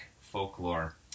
folklore